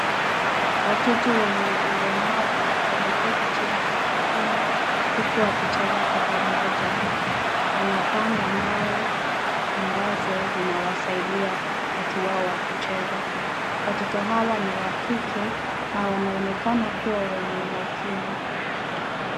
Watoto wenye ulemavu wameketi chini sakafuni huku wakicheza kwa pamoja. Wanapanga mbao ambazo zinawasaidia wakati wao wa kucheza. Watoto hao ni wa kike na wanaonekana kuwa wenye umakini.